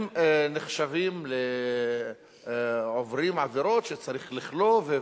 הם נחשבים לעוברים עבירות שצריך לכלוא,